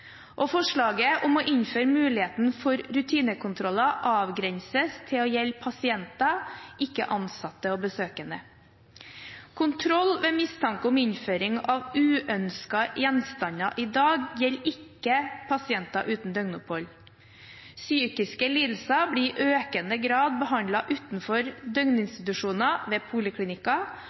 medpasienter. Forslaget om å innføre muligheten for rutinekontroller avgrenses til å gjelde pasienter, ikke ansatte og besøkende. Kontroll ved mistanke om innføring av uønskede gjenstander i dag gjelder ikke pasienter uten døgnopphold. Psykiske lidelser blir i økende grad behandlet utenfor døgninstitusjoner ved